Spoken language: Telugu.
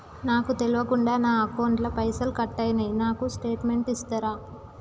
నాకు తెల్వకుండా నా అకౌంట్ ల పైసల్ కట్ అయినై నాకు స్టేటుమెంట్ ఇస్తరా?